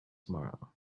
tomorrow